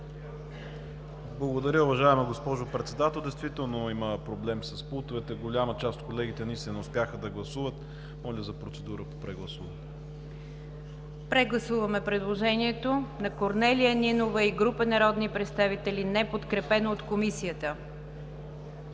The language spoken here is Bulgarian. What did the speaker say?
Благодаря, уважаема госпожо Председател. Действително има проблем с пултовете. Голяма част от колегите наистина не успяха да гласуват. Моля за процедура по прегласуване. ПРЕДСЕДАТЕЛ НИГЯР ДЖАФЕР: Прегласуваме предложението на Корнелия Нинова и група народни представители, неподкрепено от Комисията.